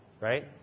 right